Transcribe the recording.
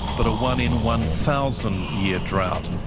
but a one in one thousand year drought.